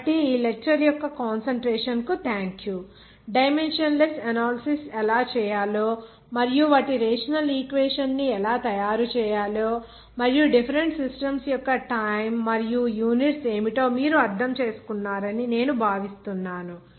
కాబట్టి ఈ లెక్చర్ యొక్క కాన్సంట్రేషన్ కు థాంక్యూ డైమెన్షనల్ అనాలసిస్ ఎలా చేయాలో మరియు వాటి రేషనల్ ఈక్వేషన్ ని ఎలా తయారు చేయాలో మరియు డిఫెరెంట్ సిస్టమ్స్ యొక్క టైం మరియు యూనిట్స్ ఏమిటో మీరు అర్థం చేసుకున్నారని నేను భావిస్తున్నాను